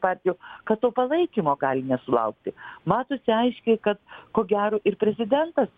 partijų kad to palaikymo gali nesulaukti matosi aiškiai kad ko gero ir prezidentas